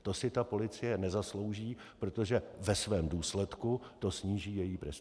To si ta policie nezaslouží, protože ve svém důsledku to sníží její prestiž.